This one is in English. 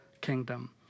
kingdom